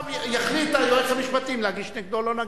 עכשיו יחליט היועץ המשפטי אם להגיש נגדו או לא להגיש.